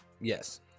Yes